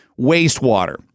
Wastewater